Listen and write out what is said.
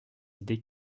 idées